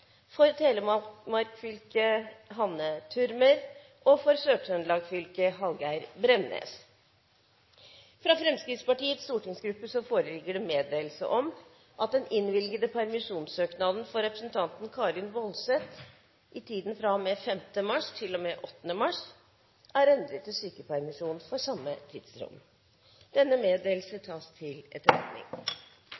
For Telemark fylke: Hanne Thürmer For Sør-Trøndelag fylke: Hallgeir Bremnes Fra Fremskrittspartiets stortingsgruppe foreligger meddelelse om at den innvilgede permisjonssøknad for representanten Karin S. Woldseth i tiden fra og med 5. mars til og med 8. mars er endret til sykepermisjon for samme tidsrom. – Denne meddelelse